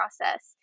process